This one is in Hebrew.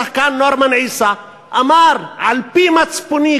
השחקן נורמן עיסא אמר: על-פי מצפוני,